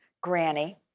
granny